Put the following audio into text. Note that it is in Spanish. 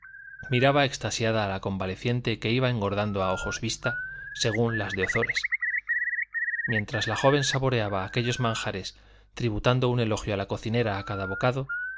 miraba extasiada a la convaleciente que iba engordando a ojos vistas según las de ozores mientras la joven saboreaba aquellos manjares tributando un elogio a la cocinera a cada bocado